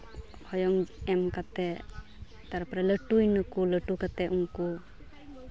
ᱦᱚᱭᱚᱝ ᱮᱢ ᱠᱟᱛᱮᱫ ᱛᱟᱨᱯᱚᱨᱮ ᱞᱟᱹᱴᱩᱭ ᱱᱟᱠᱚ ᱞᱟᱹᱴᱩ ᱠᱟᱛᱮᱫ ᱩᱱᱠᱩ